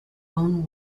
own